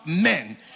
men